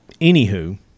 anywho